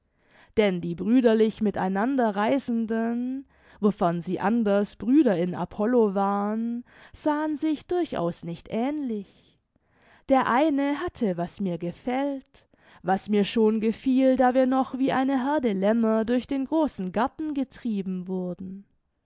denn die brüderlich mit einander reisenden wofern sie anders brüder in apollo waren sahen sich durchaus nicht ähnlich der eine hatte was mir gefällt was mir schon gefiel da wir noch wie eine heerde lämmer durch den großen garten getrieben wurden